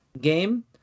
game